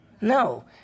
No